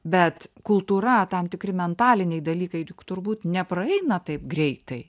bet kultūra tam tikri mentaliniai dalykai juk turbūt nepraeina taip greitai